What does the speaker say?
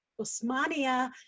Osmania